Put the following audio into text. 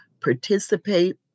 participate